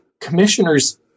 commissioners